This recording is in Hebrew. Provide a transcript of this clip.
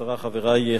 חברי חברי הכנסת,